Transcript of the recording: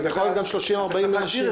זה יכול להיות גם 40-30 אנשים.